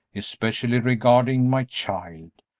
especially regarding my child.